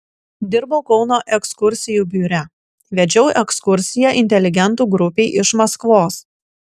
dirbau kauno ekskursijų biure vedžiau ekskursiją inteligentų grupei iš maskvos